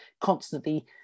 constantly